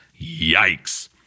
Yikes